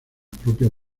propias